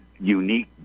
unique